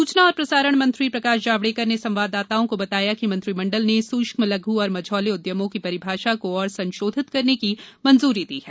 सूचना और प्रसारण मंत्री प्रकाश जावड़ेकर ने सवाददाताओं को बताया कि मंत्रिमंडल ने सूक्ष्म लघ और मझौले उद्यमों की परिभाषा को और संशोधित करने की मंजूरी दी है